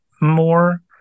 more